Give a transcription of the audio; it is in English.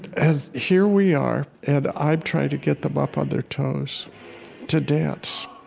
and here we are, and i'm trying to get them up on their toes to dance.